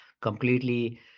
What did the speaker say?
completely